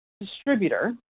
distributor